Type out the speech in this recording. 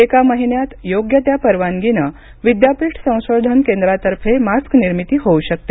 एका महिन्यात योग्य त्या परवानगीनं विद्यापीठ संशोधन केंद्रातर्फे मास्क निर्मिती होऊ शकते